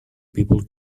people